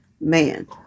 Man